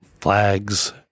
flags